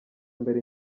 mbere